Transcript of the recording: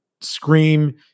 scream